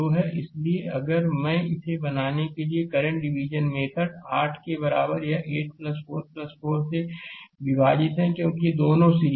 इसलिए अगर मैं इसे बनाने के लिए करंट डिविजन मेथड 8 के बराबर है यह 8 4 4 से विभाजित है क्योंकि ये दोनों सीरीज में हैं